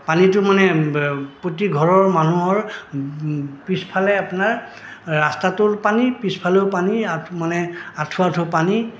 পানীটো মানে প্ৰতি ঘৰৰ মানুহৰ পিছফালে আপোনাৰ ৰাস্তাটোৰ পানী পিছফালেও পানী আঠ মানে আঁঠু আঁঠু পানী